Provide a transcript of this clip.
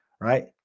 right